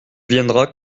viendras